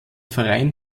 verein